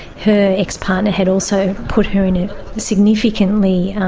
her ex-partner had also put her in a significantly